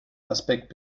aspekt